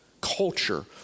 Culture